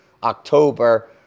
October